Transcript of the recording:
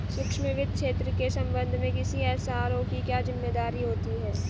सूक्ष्म वित्त क्षेत्र के संबंध में किसी एस.आर.ओ की क्या जिम्मेदारी होती है?